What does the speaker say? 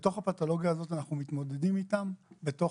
אנחנו מתמודדים עם הפתולוגיה בתוך